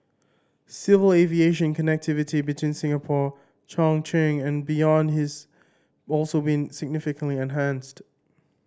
civil aviation connectivity between Singapore Chongqing and beyond has also been significantly enhanced